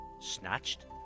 Snatched